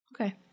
Okay